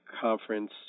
conference